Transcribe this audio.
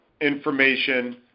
information